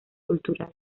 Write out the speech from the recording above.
cultural